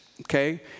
Okay